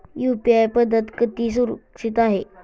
UPI पद्धत किती सुरक्षित आहे?